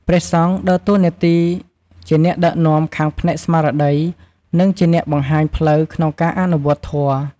ក្នុងនាមជាអ្នកដឹកនាំដ៏ខ្ពង់ខ្ពស់ ព្រះអង្គមានតួនាទីសំខាន់ៗជាច្រើនក្នុងការទទួលបដិសណ្ឋារកិច្ចភ្ញៀវ។